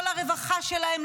לא לרווחה שלהם,